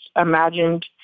imagined